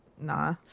nah